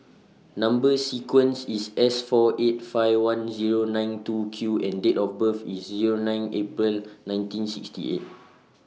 Number sequence IS S four eight five one Zero nine two Q and Date of birth IS Zero nine April nineteen sixty eight